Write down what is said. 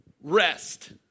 Rest